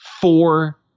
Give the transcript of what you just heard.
four